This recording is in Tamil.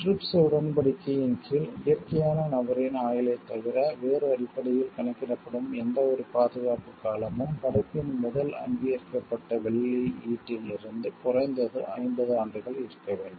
TRIPS உடன்படிக்கையின் கீழ் இயற்கையான நபரின் ஆயுளைத் தவிர வேறு அடிப்படையில் கணக்கிடப்படும் எந்தவொரு பாதுகாப்பு காலமும் படைப்பின் முதல் அங்கீகரிக்கப்பட்ட வெளியீட்டிலிருந்து குறைந்தது 50 ஆண்டுகள் இருக்க வேண்டும்